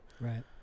Right